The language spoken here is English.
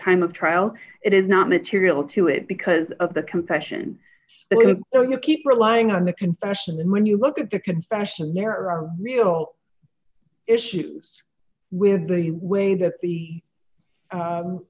time of trial it is not material to it because of the confession so you keep relying on the confession and when you look at the confession there are real issues with the way that the